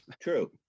True